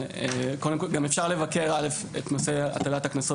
וגם אפשר לבקר את נושא הטלת הקנסות